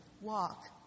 walk